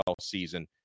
season